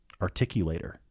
articulator